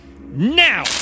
Now